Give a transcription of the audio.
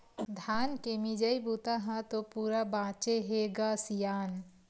धान के मिजई बूता ह तो पूरा बाचे हे ग सियान